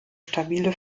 stabile